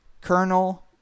Colonel